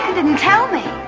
didn't tell me.